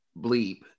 bleep